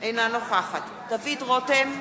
אינה נוכחת דוד רותם,